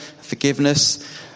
forgiveness